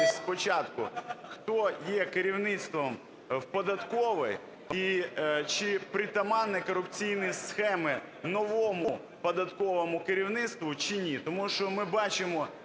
спочатку, хто є керівництвом в податковій і чи притаманні корупційні схеми новому податковому керівництву, чи ні. Тому що ми бачимо